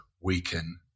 weaken